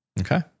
Okay